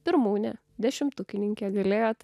pirmūnė dešimtukininkė galėjote